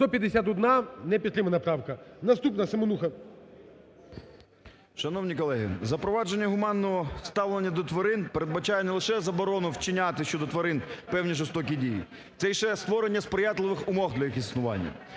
За-151 Не підтримана правка. Наступна, Семенуха. 17:51:16 СЕМЕНУХА Р.С. Шановні колеги, запровадження гуманного ставлення до тварин передбачає не лише заборону вчиняти щодо тварин певні жорстокі дії, це ще й створення сприятливих умов для їх існування.